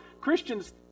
Christians